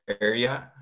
area